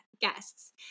guests